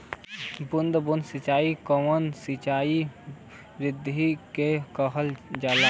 बूंद बूंद सिंचाई कवने सिंचाई विधि के कहल जाला?